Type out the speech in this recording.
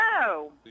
No